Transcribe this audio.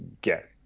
get